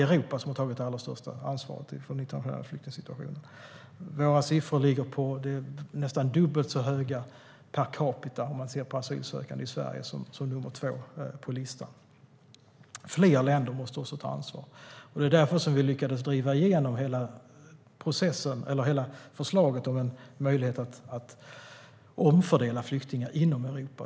Våra siffror är nästan dubbelt så höga per capita som för nummer två på listan sett till asylsökande i Sverige. Fler länder måste också ta ansvar. Det var därför vi lyckades driva igenom hela förslaget om en möjlighet att omfördela flyktingar inom Europa.